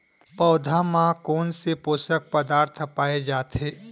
पौधा मा कोन से पोषक पदार्थ पाए जाथे?